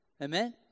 Amen